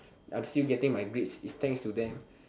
I'm still getting my grades thanks to them